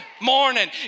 morning